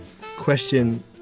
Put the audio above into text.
question